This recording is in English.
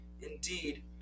indeed